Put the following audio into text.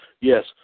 Yes